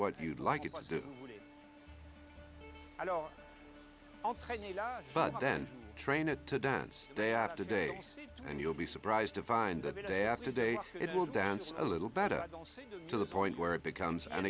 what you would like it i don't but then train it to dance day after day and you'll be surprised to find that the day after day it will dance a little better to the point where it becomes an